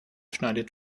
schneidet